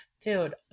Dude